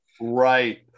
Right